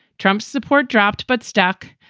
trump's support dropped. but stuck.